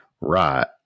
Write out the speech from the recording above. Right